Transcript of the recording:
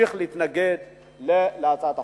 נמשיך להתנגד להצעת החוק.